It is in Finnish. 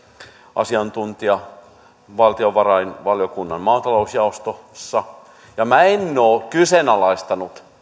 asiantuntijaa valtiovarainvaliokunnan maatalousjaostossa ja minä en ole kyseenalaistanut